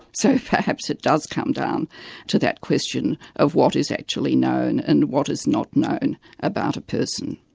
so perhaps it does come down to that question of what is actually known, and what is not known about a person.